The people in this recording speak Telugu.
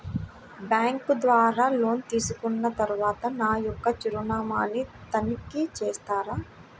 బ్యాంకు ద్వారా లోన్ తీసుకున్న తరువాత నా యొక్క చిరునామాని తనిఖీ చేస్తారా?